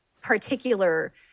particular